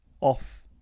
off